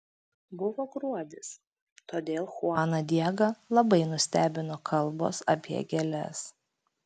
buvo gruodis todėl chuaną diegą labai nustebino kalbos apie gėles